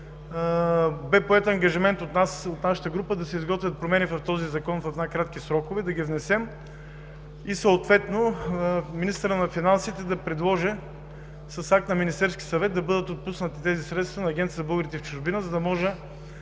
Бе поет ангажимент от нас, от нашата група, да се изготвят промени в този Закон в най-кратки срокове, да ги внесем и съответно министърът на финансите да предложи с акт на Министерския съвет да бъдат отпуснати тези средства на Агенцията за българите в чужбина, за да може